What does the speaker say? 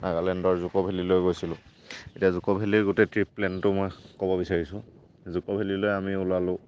নাগালেণ্ডৰ জুকো ভেলিলৈ গৈছিলোঁ এতিয়া জুকো ভেলিৰ গোটেই ট্ৰিপ প্লেনটো মই ক'ব বিচাৰিছো জুকো ভেলিলৈ আমি ওলালোঁ